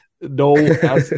no